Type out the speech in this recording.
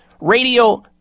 radio